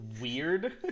weird